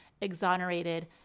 exonerated